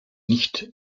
nicht